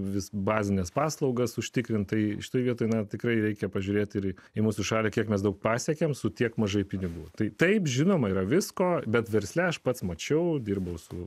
vis bazines paslaugas užtikrintai štai vietoj na tikrai reikia pažiūrėti ir į mūsų šalį kiek mes daug pasiekėme su tiek mažai pinigų tai taip žinoma yra visko bet versle aš pats mačiau dirbau su